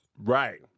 Right